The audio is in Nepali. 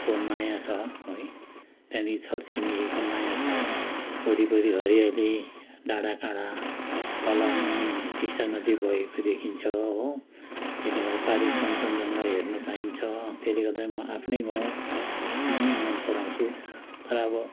को माया छ है त्यहाँदेखि छर छिमेकीको माया छ वरिपरि हरियाली डाँडाकाँडा तल मुनि टिस्टा नदी बगेको देखिन्छ हो त्यसले गर्दा पारि कञ्चनजङ्घा हेर्नु पाइन्छ त्यसले गर्दा म आफ्नै गाउँ ने मन पराउँछु तर अब